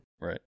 Right